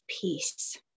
peace